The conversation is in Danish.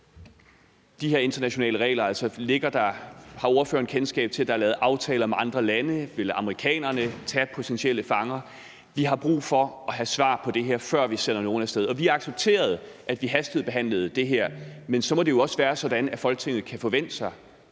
de her internationale regler kendskab til, at der er lavet aftaler med andre lande, og om amerikanerne vil tage potentielle fanger? Vi har brug for at få svar på det her, før vi sender nogen af sted. Vi accepterede, at vi hastebehandlede det her, men så må det jo også være sådan, at Folketinget kan forvente af